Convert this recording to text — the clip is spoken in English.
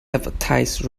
advertise